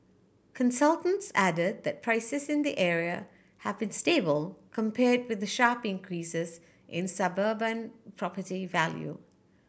consultants added that prices in the area have been stable compared with the sharp increases in suburban property value